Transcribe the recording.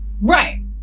Right